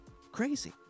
crazy